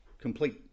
complete